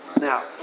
Now